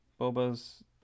Boba's